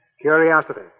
curiosity